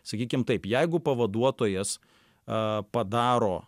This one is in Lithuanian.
sakykim taip jeigu pavaduotojas a padaro